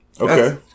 Okay